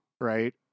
right